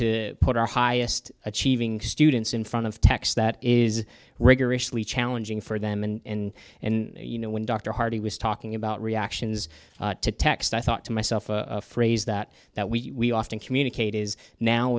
to put our highest achieving students in front of text that is rigorously challenging for them and and you know when dr harvey was talking about reactions to text i thought to myself a phrase that that we often communicate is now